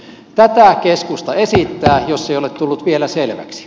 tätä keskusta esittää jos ei ole tullut vielä selväksi